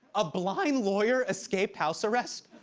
a blind lawyer escaped house arrest?